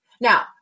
Now